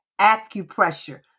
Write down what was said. acupressure